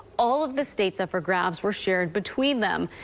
all of the states up for grabs were shared between them.